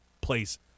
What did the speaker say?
place